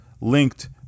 linked